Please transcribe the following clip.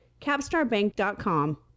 capstarbank.com